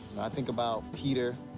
i think about peter,